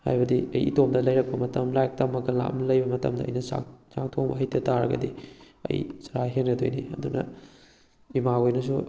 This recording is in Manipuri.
ꯍꯥꯏꯕꯗꯤ ꯑꯩ ꯏꯇꯣꯝꯇ ꯂꯩꯔꯛꯄ ꯃꯇꯝ ꯂꯥꯏꯔꯤꯛ ꯇꯝꯃꯒ ꯂꯥꯞꯅ ꯂꯩꯕ ꯃꯇꯝꯗ ꯑꯩꯅ ꯆꯥꯛ ꯆꯥꯛ ꯊꯣꯡꯕ ꯍꯩꯇꯕ ꯇꯥꯔꯒꯗꯤ ꯑꯩ ꯆꯔꯥ ꯍꯦꯟꯅꯗꯣꯏꯅꯤ ꯑꯗꯨꯅ ꯏꯃꯥꯈꯣꯏꯅꯁꯨ